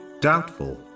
doubtful